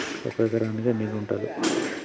ఒక ఎకరానికి ఎన్ని గుంటలు?